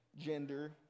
gender